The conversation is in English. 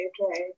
right